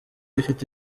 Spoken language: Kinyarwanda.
ifite